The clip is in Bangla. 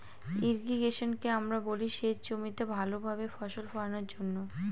ইর্রিগেশনকে আমরা বলি সেচ জমিতে ভালো ভাবে ফসল ফোলানোর জন্য